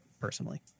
personally